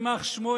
יימח שמו,